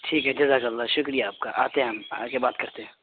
ٹھیک ہے جزاک اللہ شکریہ آپ کا آتے ہیں ہم آ کے بات کرتے ہیں